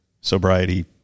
sobriety